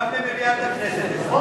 גם למליאת הכנסת יש סמכות.